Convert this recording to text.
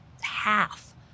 half